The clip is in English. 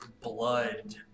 blood